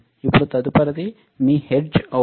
ఇప్పుడు తదుపరిది మీ హెర్ట్జ్ అవుతుంది